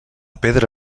pedra